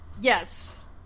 yes